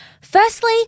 Firstly